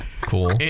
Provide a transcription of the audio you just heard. cool